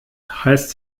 heißt